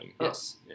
yes